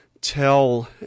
tell